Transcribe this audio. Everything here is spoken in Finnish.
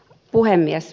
puhemies